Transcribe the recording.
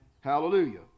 Hallelujah